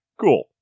Cool